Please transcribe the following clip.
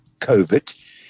COVID